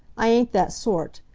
i ain't that sort,